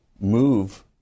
move